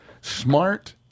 smart